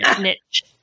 niche